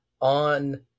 on